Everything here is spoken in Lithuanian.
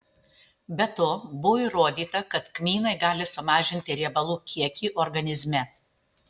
be to buvo įrodyta kad kmynai gali sumažinti riebalų kiekį organizme